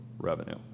revenue